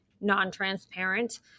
non-transparent